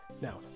Now